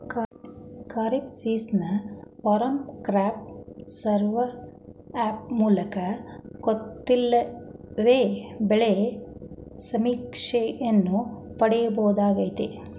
kharif season farmer crop survey app ಮೂಲಕ ಕೂತಲ್ಲಿಯೇ ಬೆಳೆ ಸಮೀಕ್ಷೆಯನ್ನು ಪಡಿಬೋದಾಗಯ್ತೆ